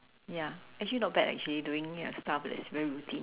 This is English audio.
ya actually not bad actually doing ya stuff that's very routine